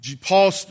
Paul